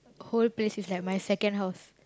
whole place is like my second house